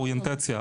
האוריינטציה.